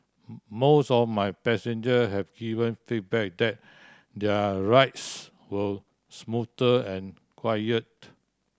most of my passenger have given feedback that their rides were smoother and quieter